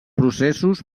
processos